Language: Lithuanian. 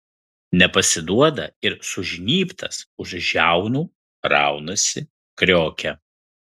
nepasiduoda ir sužnybtas už žiaunų raunasi kriokia